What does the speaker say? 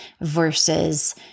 versus